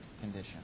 condition